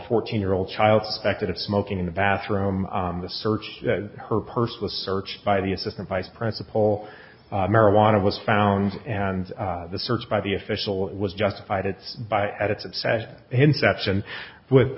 fourteen year old child suspected of smoking in the bathroom in the search her purse was searched by the assistant vice principal marijuana was found and the search by the official was justified its by attitude set him to action with